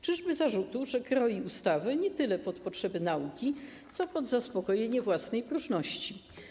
Czyżby zarzutu, że kroi ustawę nie tyle pod potrzeby nauki, co pod zaspokojenie własnej próżności?